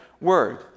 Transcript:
word